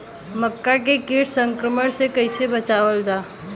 मक्का के कीट संक्रमण से कइसे बचावल जा?